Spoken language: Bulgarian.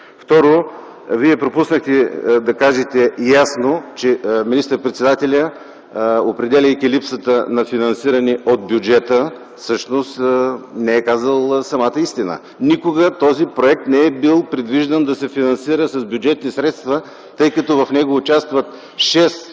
Второ, Вие пропуснахте да кажете ясно, че министър-председателят, определяйки липсата на финансиране от бюджета, всъщност не е казал самата истина. Никога този проект не е бил предвиждан да се финансира с бюджетни средства, тъй като в него участват шест